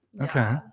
Okay